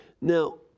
Now